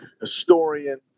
historian